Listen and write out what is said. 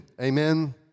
Amen